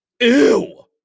Ew